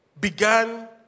began